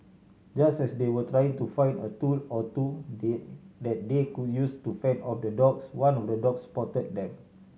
just as they were trying to find a tool or two they that they could use to fend off the dogs one of the dogs spotted them